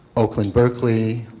oakland berkeley,